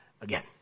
again